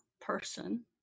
person